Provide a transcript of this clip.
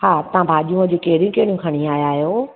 तव्हां भाॼियूं वाजियूं कहिड़ी कहिड़ियूं खणी आया आहियो